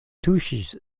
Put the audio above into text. tuŝis